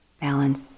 Balance